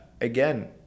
Again